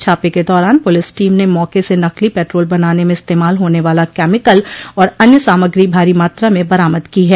छापे को दौरान पुलिस टीम ने मौके से नक़ली पेट्रोल बनाने में इस्तेमाल होने वाला केमिकल और अन्य सामगो भारी मात्रा में बरामद की है